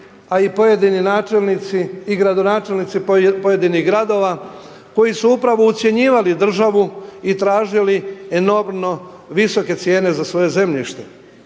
a i pojedini načelnici i gradonačelnici pojedinih gradova koji su upravo ucjenjivali državu i tražili enormno visoke cijene za svoje zemljište.